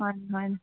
ꯃꯥꯟꯅꯤ ꯃꯥꯟꯅꯤ